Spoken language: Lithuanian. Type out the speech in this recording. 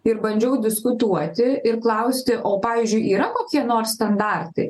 ir bandžiau diskutuoti ir klausti o pavyzdžiui yra kokie nors standartai